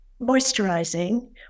moisturizing